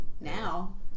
Now